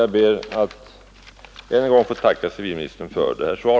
Jag ber att en än gång få tacka civilministern för svaret.